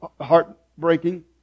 heartbreaking